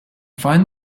find